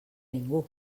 ningú